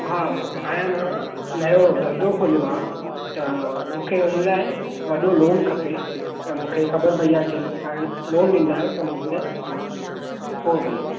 हा भाऊ हाणे मां नयो धंधो खोलियो आहे त मूंखे हुन लाइ वॾो लोन खपे त मूंखे ख़बर पई आहे की तव्हां लोन ॾींदा आयो त मां उन लाइ फोन कई आहे